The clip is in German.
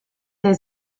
der